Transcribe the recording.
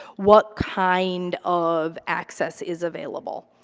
what kind of access is available?